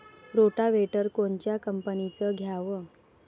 Rotavator कोनच्या कंपनीचं घ्यावं?